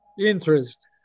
interest